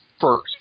first